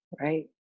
right